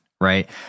right